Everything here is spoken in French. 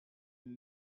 une